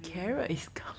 really meh